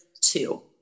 two